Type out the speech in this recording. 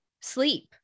sleep